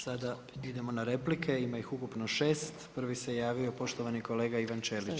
Sada idemo na replike, ima ih ukupno 6. prvi se javio poštovani kolega Ivan Ćelić.